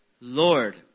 Lord